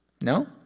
No